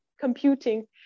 computing